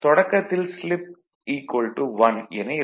தொடக்கத்தில் ஸ்லிப் 1 என இருக்கும்